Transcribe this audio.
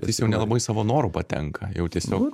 jis jau nelabai savo noru patenka jau tiesiog